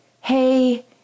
hey